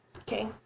Okay